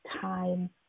time